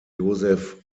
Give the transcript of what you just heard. josef